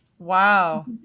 Wow